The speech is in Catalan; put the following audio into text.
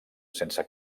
sense